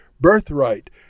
birthright